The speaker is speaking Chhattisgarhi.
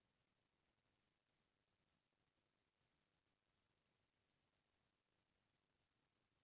नागपुरी नसल के भईंसी हर छै ले आठ लीटर तक दूद देथे